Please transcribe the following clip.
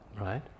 right